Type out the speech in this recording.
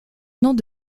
nom